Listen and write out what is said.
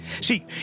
See